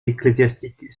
ecclésiastique